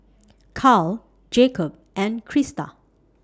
Carl Jakob and Crysta